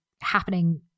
happening